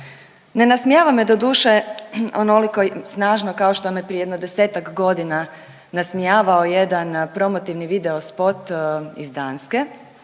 Ne nasmijava me doduše onoliko snažno kao što me prije jedno desetak godina nasmijavao jedan promotivni video spot iz Danske,